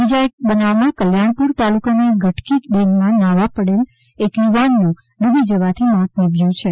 બીજા એક બનાવમાં કલ્યાણપુર તાલુકાના ગટકી ડેમમાં ન્હાવા પડેલા એક યુવાનનું ડ્રહી જવાથી મોત નિપજ્યું છે